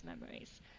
memories